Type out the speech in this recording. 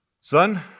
Son